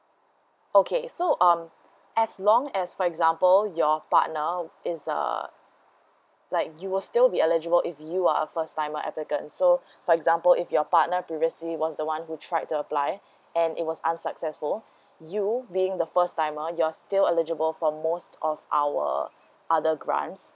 okay so um as long as for example your partner it's uh like you will still be eligible if you are a first timer applicant so for example if your partner previously was the one who tried to apply and it was unsuccessful you being the first timer you're still eligible for most of our other grants